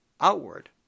outward